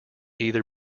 either